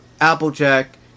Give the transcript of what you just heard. Applejack